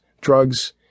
drugs